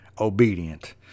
obedient